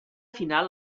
final